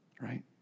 right